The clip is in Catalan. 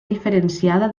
diferenciada